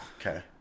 Okay